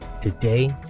today